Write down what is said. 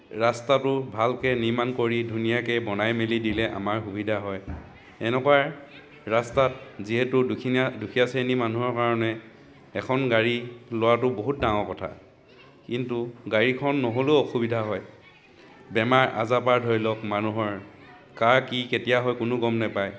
ৰাস্তাটো ভালকৈ নিৰ্মাণ কৰি ধুনীয়াকৈ বনাই মেলি দিলে আমাৰ সুবিধা হয় এনেকুৱা ৰাস্তাত যিহেতু দুনীয়া দুখীয়া শ্ৰেণীৰ মানুহৰ কাৰণে এখন গাড়ী লোৱাটো বহুত ডাঙৰ কথা কিন্তু গাড়ীখন নহ'লেও অসুবিধা হয় বেমাৰ আজাৰ পৰা ধৰি লওক মানুহৰ কাৰ কি কেতিয়া হয় কোনেও গম নাপায়